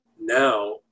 now